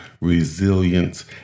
resilience